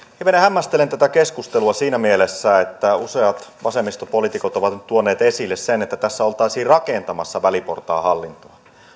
hivenen hämmästelen tätä keskustelua siinä mielessä että useat vasemmistopoliitikot ovat ovat tuoneet esille sen että tässä oltaisiin rakentamassa väliportaan hallintoa